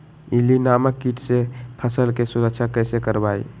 इल्ली नामक किट से फसल के सुरक्षा कैसे करवाईं?